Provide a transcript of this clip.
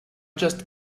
just